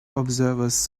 observers